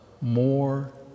more